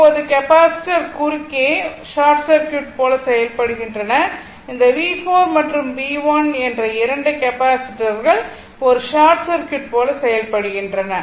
இப்போது கெபாசிட்டர் குறுக்கே 0 வோல்ட் கொண்டு அவை ஒரு ஷார்ட் சர்க்யூட் போல செயல்படுகின்றன இந்த V4 மற்றும் V1 என்ற இரண்டு கெபாசிட்டர்கள் ஒரு ஷார்ட் சர்க்யூட் போல செயல்படுகின்றன